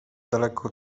daleko